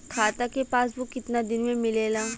खाता के पासबुक कितना दिन में मिलेला?